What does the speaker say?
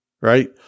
right